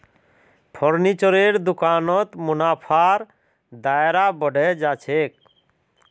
फर्नीचरेर दुकानत मुनाफार दायरा बढ़े जा छेक